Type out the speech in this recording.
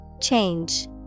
Change